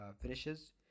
finishes